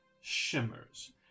shimmers